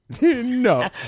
No